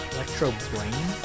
Electro-Brain